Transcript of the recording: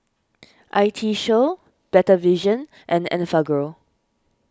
I T Show Better Vision and Enfagrow